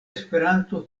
esperanto